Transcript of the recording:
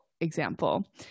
example